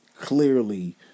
clearly